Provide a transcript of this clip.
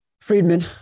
Friedman